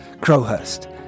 Crowhurst